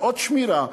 ועוד שמירה,